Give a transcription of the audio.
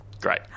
Great